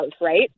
right